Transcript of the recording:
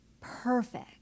perfect